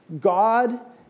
God